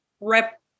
rep